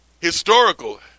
historical